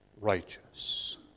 righteous